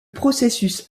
processus